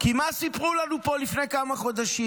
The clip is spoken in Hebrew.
כי מה סיפרו לנו פה לפני כמה חודשים,